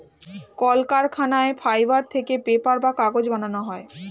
কলকারখানায় ফাইবার থেকে পেপার বা কাগজ বানানো হয়